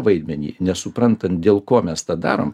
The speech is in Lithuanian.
vaidmenį nesuprantant dėl ko mes tą darom